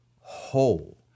whole